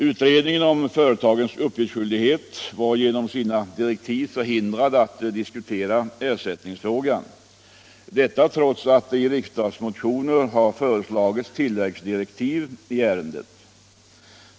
Utredningen om företagens uppgiftsskyldighet var genom sina direktiv förhindrad att diskutera ersättningsfrågan — detta trots att det i riksdagsmotioner föreslagits tilläggsdirektiv i ärendet.